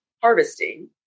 harvesting